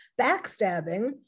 backstabbing